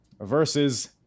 versus